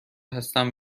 هستم